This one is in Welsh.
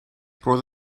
roedd